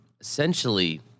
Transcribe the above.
essentially